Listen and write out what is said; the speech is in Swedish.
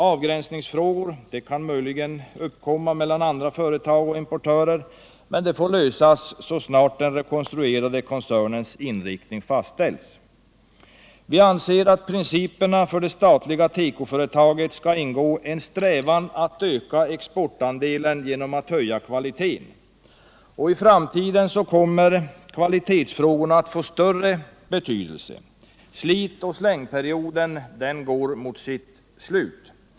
Avgränsningsfrågor kan möjligen uppkomma mellan andra företag och importörer men får lösas så snart den rekonstruerade koncernens inriktning fastställts. Vi anser att i principerna för det statliga tekoföretaget skall ingå en strävan att öka exportandelen genom att kvaliteten höjs. I framtiden kommer kvalitetsfrågorna att få större betydelse än nu. Slitoch slängperioden går mot sitt slut.